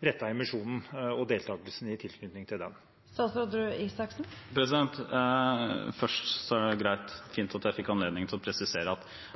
rettede emisjonen og deltakelsen i tilknytning til den? Først: Det er fint at jeg får anledning til å presisere at